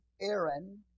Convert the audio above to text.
Aaron